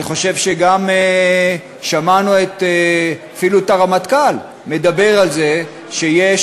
אני חושב שגם שמענו אפילו את הרמטכ"ל מדבר על זה שיש